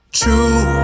true